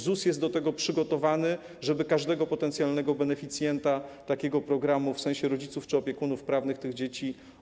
ZUS jest do tego przygotowany, żeby obsłużyć każdego potencjalnego beneficjenta takiego programu, czyli rodziców czy opiekunów prawnych tych dzieci.